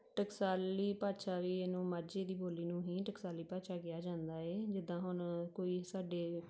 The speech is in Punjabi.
ਟਕਸਾਲੀ ਭਾਸ਼ਾ ਵੀ ਇਹਨੂੰ ਮਾਝੇ ਦੀ ਬੋਲੀ ਨੂੰ ਹੀ ਟਕਸਾਲੀ ਭਾਸ਼ਾ ਕਿਹਾ ਜਾਂਦਾ ਹੈ ਜਿੱਦਾਂ ਹੁਣ ਕੋਈ ਸਾਡੇ